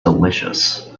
delicious